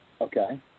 okay